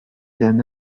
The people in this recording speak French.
d’un